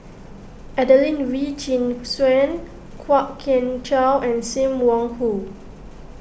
Adelene Wee Chin Suan Kwok Kian Chow and Sim Wong Hoo